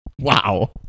Wow